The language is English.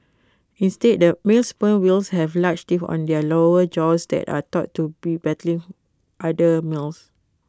instead the male sperm whales have large teeth on their lower jaws that are thought to be battling other males